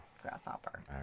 grasshopper